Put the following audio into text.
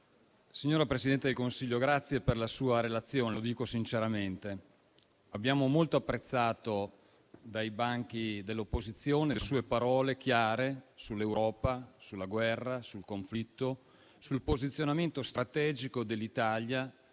signora Presidente del Consiglio, grazie per la sua relazione. Lo dico sinceramente. Abbiamo molto apprezzato dai banchi dell'opposizione le sue parole chiare sull'Europa, sulla guerra, sul conflitto, sul posizionamento strategico dell'Italia